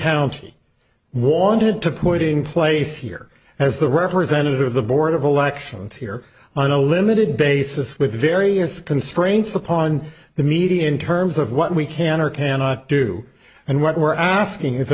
county wanted to put in place here as the representative of the board of elections here on a limited basis with various constraints upon the media in terms of what we can or cannot do and what we're asking i